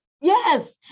yes